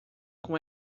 com